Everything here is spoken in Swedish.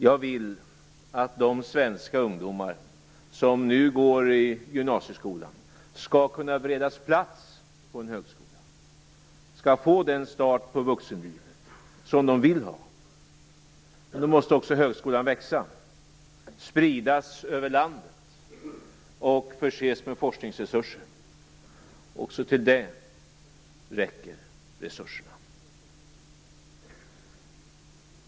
Jag vill att de svenska ungdomar som nu går i gymnasieskolan skall kunna beredas plats på en högskola och få den start på vuxenlivet som de vill ha. Då måste också högskolan växa, spridas över landet och förses med forskningsresurser. Också till det räcker resurserna.